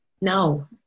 no